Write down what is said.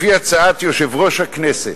לפי הצעת יושב-ראש הכנסת,